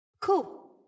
Cool